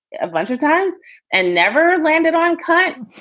a bunch of times and never landed on cunt.